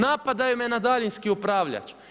Napadaju me na daljinski upravljač.